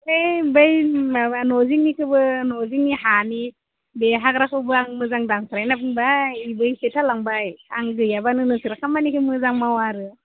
है बै माबा न' जिंनिखोबो न' जिंनि हानि बे हाग्राखौबो आं मोजां दानस्राय होनना बुंबाय इबो एसे थालांबाय आं गैयाब्लानो नोंसोर खामानिखो मोजां मावा आरो